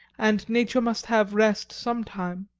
and nature must have rest some time.